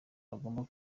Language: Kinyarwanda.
bagomba